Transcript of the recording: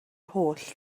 holl